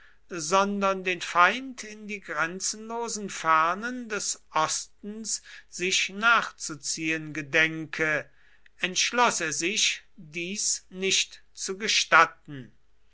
sondern den feind in die grenzenlosen fernen des ostens sich nachzuziehen gedenke entschloß er sich dies nicht zu gestatten